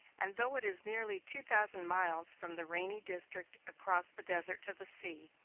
and, though it is nearly two thousand miles from the rainy district across the desert to the sea,